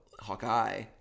Hawkeye